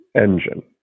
engine